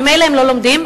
ממילא הם לא לומדים,